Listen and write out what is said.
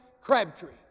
Crabtree